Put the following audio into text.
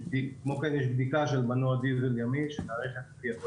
כמו כן יש בדיקה של מנוע דיזל ימי שמערכת ה-...